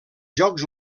jocs